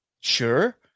sure